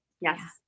Yes